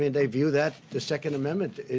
they view that, the second amendment,